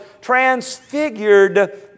transfigured